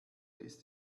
ist